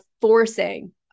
forcing